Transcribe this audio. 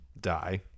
die